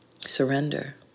surrender